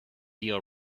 deal